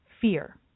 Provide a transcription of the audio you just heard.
Fear